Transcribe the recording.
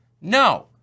No